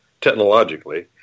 technologically